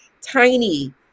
tiny